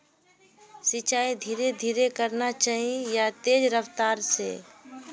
सिंचाई धीरे धीरे करना चही या तेज रफ्तार से?